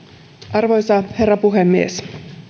arvoisa herra puhemies tässä tänä iltana jo